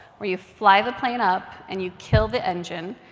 where you fly the plane up and you kill the engine.